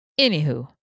Anywho